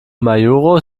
majuro